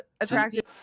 attractive